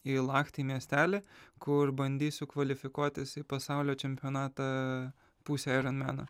į lahti miestelį kur bandysiu kvalifikuotis į pasaulio čempionatą pusę aironmeno